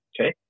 Okay